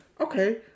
okay